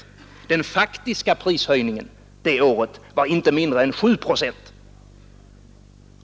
Den faktiska lönehöjningen det året var emellertid inte mindre än 7 procent.